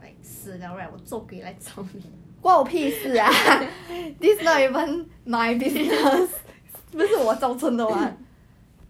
like they they say oh I found another girl for you you must marry her 要订婚要订婚